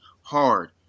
hard